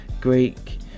Greek